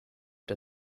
der